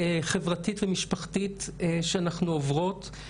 חברתית ומשפחתית שאנחנו עוברות.